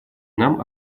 нам